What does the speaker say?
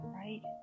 right